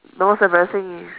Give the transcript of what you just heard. the most embarrassing is